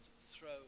throw